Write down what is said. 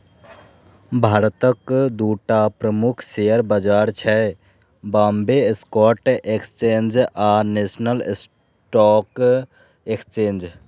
भारतक दूटा प्रमुख शेयर बाजार छै, बांबे स्टॉक एक्सचेंज आ नेशनल स्टॉक एक्सचेंज